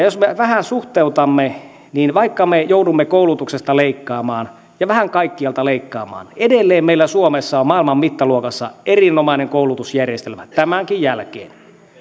jos me vähän suhteutamme niin vaikka me joudumme koulutuksesta leikkaamaan ja vähän kaikkialta leikkaamaan edelleen meillä suomessa on maailman mittaluokassa erinomainen koulutusjärjestelmä tämänkin jälkeen